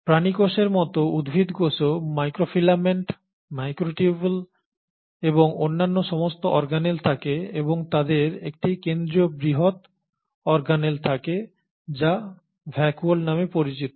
প্রাণী কোষের মতো উদ্ভিদ কোষেও মাইক্রোফিলামেন্ট মাইক্রোটিউবুল এবং অন্যান্য সমস্ত অর্গানেল থাকে এবং তাদের একটি কেন্দ্রীয় বৃহত অর্গানেল থাকে যা ভ্যাকুওল নামে পরিচিত